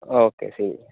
okay ശരി